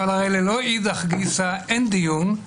אבל הרי ללא אידך גיסא אין דיון,